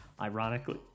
ironically